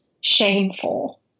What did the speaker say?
shameful